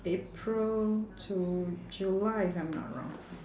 april to july if I'm not wrong